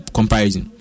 Comparison